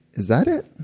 is that it?